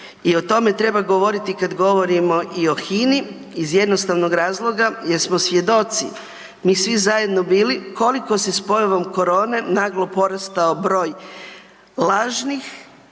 i o tome treba govoriti kad govorimo i o Hini iz jednostavnog razloga gdje smo svjedoci mi svi zajedno bili, koliko se s pojavom korone, naglo porastao broj lažnih,